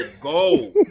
go